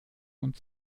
und